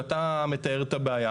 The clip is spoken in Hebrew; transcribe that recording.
אתה מתאר את הבעיה.